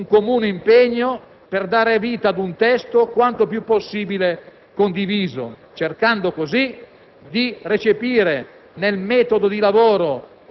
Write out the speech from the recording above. delle posizioni politiche, hanno profuso un comune impegno per dare vita ad un testo quanto più possibile condiviso, cercando così